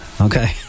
Okay